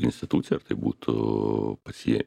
institucijai ar tai būtų pasie